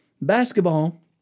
Basketball